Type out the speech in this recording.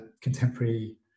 contemporary